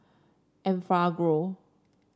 Enfagrow